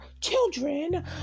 children